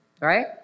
right